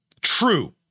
true